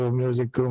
music